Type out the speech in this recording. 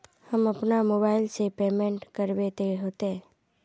हम अपना मोबाईल से पेमेंट करबे ते होते?